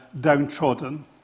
downtrodden